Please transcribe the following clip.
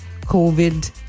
COVID